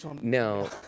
No